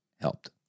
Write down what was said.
helped